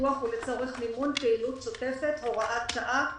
פיתוח ולצורך מימון פעילות שוטפת הוראות שעה),